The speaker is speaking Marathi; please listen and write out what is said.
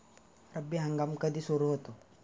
रब्बी हंगाम कधी सुरू होतो?